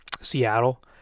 Seattle